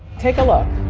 take a look.